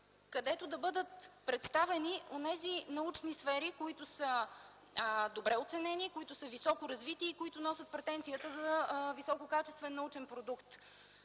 където да бъдат представени онези научни сфери, които са добре оценени, които са високо развити и носят претенцията за висококачествен научен продукт.